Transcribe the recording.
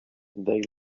they